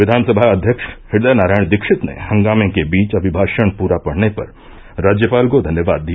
विधानसभा अध्यक्ष इदयनारायण दीक्षित ने हंगामे के बीच अभिभाशण प्ररा पढ़ने पर राज्यपाल को धन्यवाद दिया